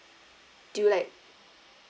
do you like